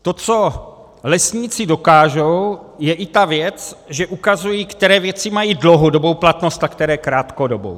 To, co lesníci dokážou, je i ta věc, že ukazují, které věci mají dlouhodobou platnost a které krátkodobou.